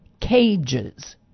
cages